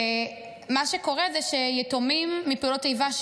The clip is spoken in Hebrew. ומה שקורה זה שיתומים מפעולות איבה,